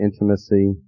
intimacy